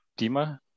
Dima